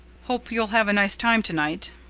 hope you'll have a nice time tonight.